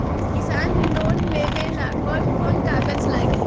किसान लोन लेबे ला कौन कौन कागज लागि?